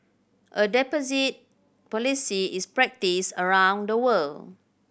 a deposit policy is practised around the world